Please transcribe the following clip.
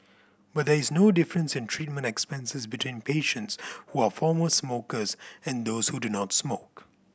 but there is no difference in treatment expenses between patients who are former smokers and those who do not smoke